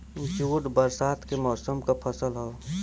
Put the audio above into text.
jute बरसात के मौसम क फसल हौ